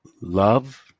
Love